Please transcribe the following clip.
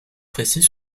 précis